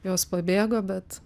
jos pabėgo bet